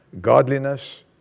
godliness